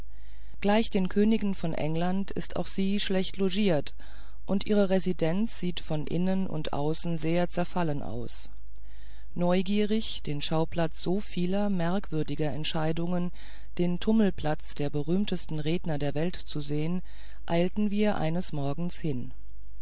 gleich den königen von england ist auch sie schlecht logiert und ihre residenz sieht von innen und außen sehr zerfallen aus neugierig den schauplatz so vieler merkwürdiger entscheidungen den tummelplatz der berühmtesten redner der welt zu sehen eilten wir eines morgens hin